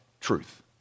truth